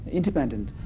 independent